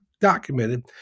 documented